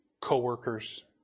co-workers